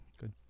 good